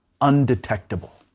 undetectable